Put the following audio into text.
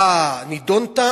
אתה נידונת,